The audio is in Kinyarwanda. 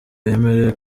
wemerewe